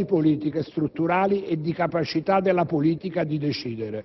C'è assenza di politiche strutturali e di capacità della politica di decidere.